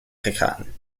gegaan